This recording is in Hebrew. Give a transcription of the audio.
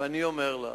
ואני אומר לך,